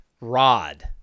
rod